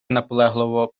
наполегливо